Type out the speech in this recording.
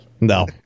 No